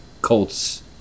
Colts